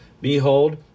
Behold